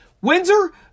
Windsor